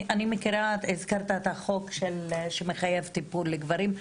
אני מכירה הזכרת את החוק שמחייב טיפול לגברים,